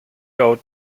out